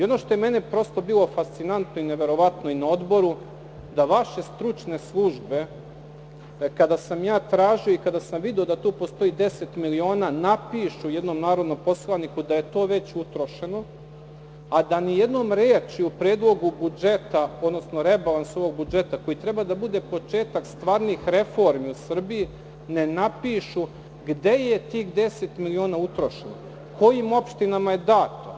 Ono što je meni prosto bilo fascinantno i neverovatno i na Odboru, vaše stručne službe, kada sam ja tražio i kada sam video da tu postoji deset miliona, napišu jednom narodnom poslaniku da je to već utrošeno, a da nijednom rečju u Predlogu budžeta, odnosno rebalansu ovog budžeta, koji treba da bude početak stvarnih reformi u Srbiji, ne napišu gde je tih 10 miliona utrošeno, kojim opštinama je dato.